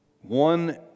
One